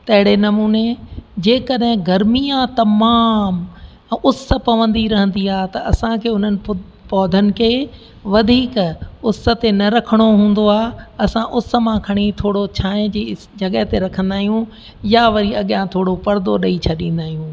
तहिड़े नमूने जे कॾहिं गर्मी आहे तमामु उस पवंदी रहंदी आहे त असांखे उन्हनि पौधनि खे वधीक उस ते न रखिणो हूंदो आहे असां उस मां खणी थोरो छांव जी स जंहिं ते रखंदा आहियूं या वरी अॻियां थोरो परिदो ॾेई छॾींदा आहियूं